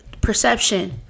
perception